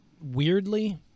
weirdly